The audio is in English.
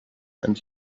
and